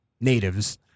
natives